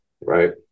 right